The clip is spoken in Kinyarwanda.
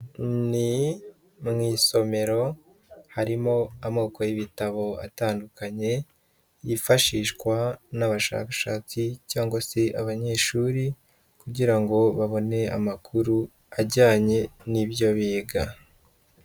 Ni mu isomero harimo amoko y'ibitabo atandukanye yifashishwa n'abashakashatsi cyangwa se abanyeshuri kugira ngo babone amakuru ajyanye n'ibyo biga.